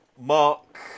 Mark